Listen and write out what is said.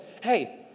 Hey